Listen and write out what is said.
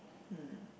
hmm